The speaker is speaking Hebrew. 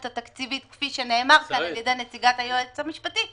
התקציבית כפי שנאמר כאן על ידי נציגת היועץ המשפטי,